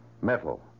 Metal